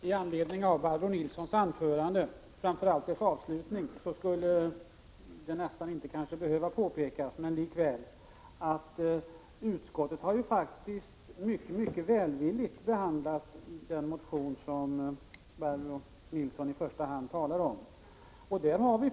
Fru talman! Även om det nästan inte behöver påpekas, vill jag säga med anledning av Barbro Nilssons anförande, framför allt dess avslutning, att utskottet har mycket välvilligt behandlat den motion som Barbro Nilsson i första hand talar om.